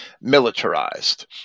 militarized